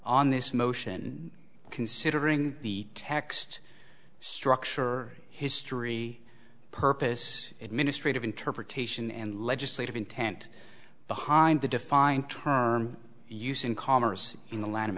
on this motion considering the text structure or history purpose administrative interpretation and legislative intent behind the defined term use in commerce in